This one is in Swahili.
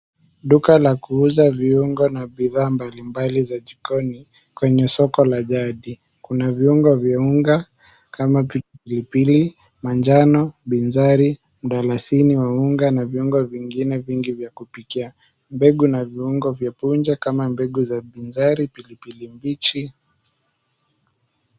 Duka la kuuza viuongo na bidhaa mbalimbali za jikoni kwenye soko la jadi. Kuna viuongo vya unga, kama pilipili, manjano, bizari, mdalasini wa unga na viuongo vingine vingi vya kupikia. Mbegu na viuongo vya punje kama mbegu za bizari, pilipili mbichi. Mercy majhala